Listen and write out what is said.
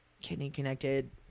Kidney-connected –